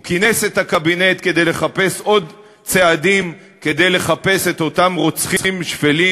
הוא כינס את הקבינט כדי לחפש עוד צעדים לחפש את אותם רוצחים שפלים,